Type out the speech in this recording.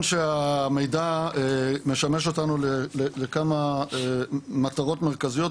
המידע משמש אותנו לכמה מטרות מרכזיות,